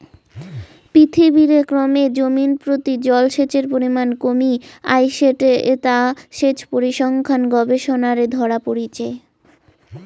পৃথিবীরে ক্রমে জমিনপ্রতি জলসেচের পরিমান কমি আইসেঠে তা সেচ পরিসংখ্যান গবেষণারে ধরা পড়িচে